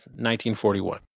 1941